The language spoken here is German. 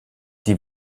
die